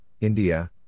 India